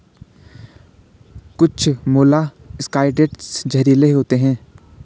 कुछ मोलॉक्साइड्स जहरीले होते हैं